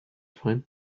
find